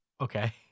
Okay